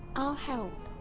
i'll help!